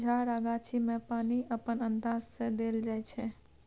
झार आ गाछी मे पानि अपन अंदाज सँ देल जाइ छै